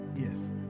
Yes